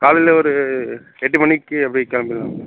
காலையில் ஒரு எட்டு மணிக்கு அப்படி கெளம்பிடலாம்